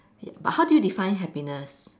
but how do you define happiness